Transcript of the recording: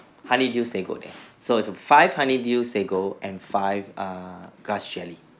honeydew sago there so it's err five honeydew sago and five err grass jelly